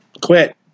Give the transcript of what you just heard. Quit